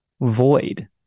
void